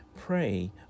pray